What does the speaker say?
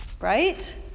Right